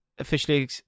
officially